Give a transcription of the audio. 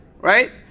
right